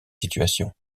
situations